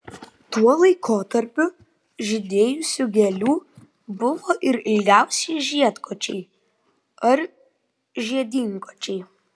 tuo laikotarpiu žydėjusių gėlių buvo ir ilgiausi žiedkočiai ar žiedynkočiai